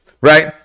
right